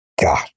God